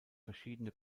verschiedene